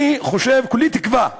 כולי תקווה שכבודו,